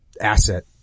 asset